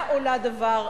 אינה עולה דבר,